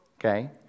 Okay